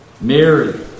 Mary